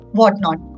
whatnot